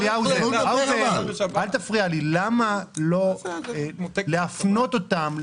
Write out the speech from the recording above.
למה לא להפנות אותם,